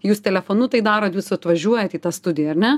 jūs telefonu tai darot jūs atvažiuojat į tą studiją ar ne